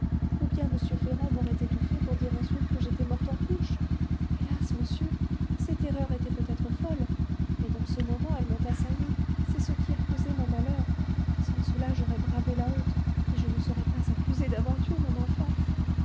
ou bien m ferrand m'aurait étouffée pour dire ensuite que j'étais morte en couches hélas monsieur ces terreurs étaient peut-être folles mais dans ce moment elles m'ont assaillie c'est ce qui a causé mon malheur sans cela j'aurais bravé la honte et je ne serais pas accusée d'avoir tué mon enfant